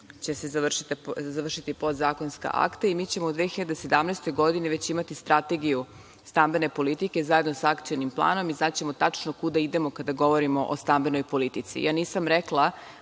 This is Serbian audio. će se završiti podzakonska akta i mi ćemo u 2017. godini već imati strategiju stambene politike, zajedno sa akcionim planom i znaćemo tačno kuda idemo kada govorimo o stambenoj politici.